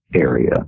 area